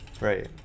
Right